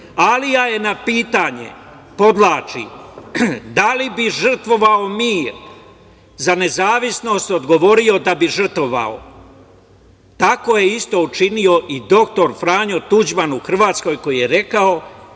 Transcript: Alija je na pitanje, podvlačim, da li bi žrtvovao mir za nezavisnost, odgovorio da bi žrtvovao. Tako je isto učinio i dr Franjo Tuđman u Hrvatskoj, koji je rekao,